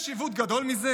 יש עיוות גדול מזה?